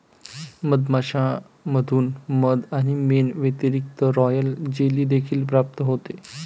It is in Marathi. मधमाश्यांमधून मध आणि मेण व्यतिरिक्त, रॉयल जेली देखील प्राप्त होते